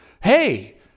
Hey